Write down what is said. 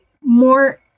more